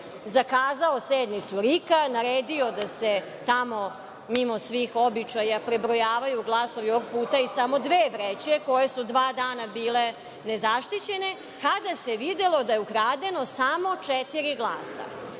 zakazao sednicu RIK-a, naredio da se tamo mimo svih običaja prebrojavaju glasovi iz samo dve vreće koje su dva dana bile nezaštićene, kada se videlo da je ukradeno samo četiri glasa. Ono